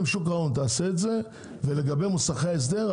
תעשה את זה יחד עם שוק ההון ולגבי מוסכי ההסדר,